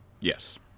Yes